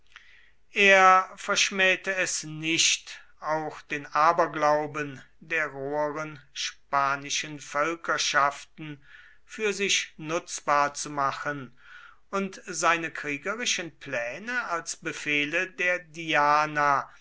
er verschmähte es nicht auch den aberglauben der roheren spanischen völkerschaften für sich nutzbar zu machen und seine kriegerischen pläne als befehle der diana